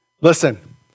Listen